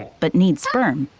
but needs sperm.